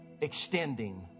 extending